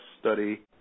study